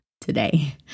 today